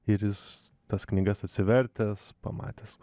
ir jis tas knygas atsivertęs pamatęs